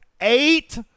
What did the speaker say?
eight